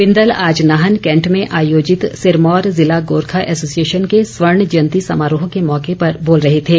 बिंदल आज नाहन कैंट में आयोजित सिरमौरे ज़िला गोरखा एसोसिएशन के स्वर्ण जयंती समारोह के मौके पर बोल रहे थे